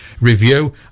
review